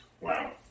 Wow